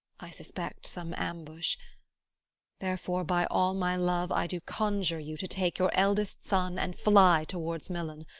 i suspect some ambush therefore by all my love i do conjure you to take your eldest son, and fly towards milan.